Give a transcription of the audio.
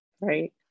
right